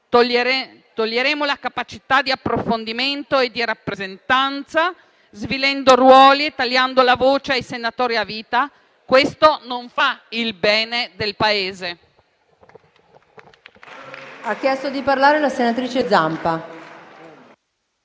Toglieremo la capacità di approfondimento e di rappresentanza, svilendo ruoli e tagliando la voce ai senatori a vita. Questo non fa il bene del Paese.